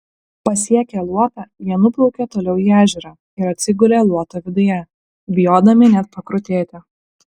pasiekę luotą jie nuplaukė toliau į ežerą ir atsigulė luoto viduje bijodami net pakrutėti